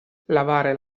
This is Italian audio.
lavare